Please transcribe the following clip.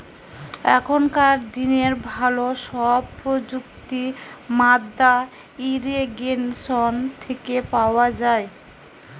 এখনকার দিনের ভালো সব প্রযুক্তি মাদ্দা ইরিগেশন থেকে পাওয়া যায়